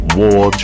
war